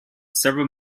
several